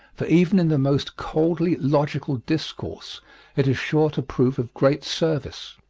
for even in the most coldly logical discourse it is sure to prove of great service.